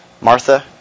Martha